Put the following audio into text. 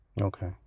Okay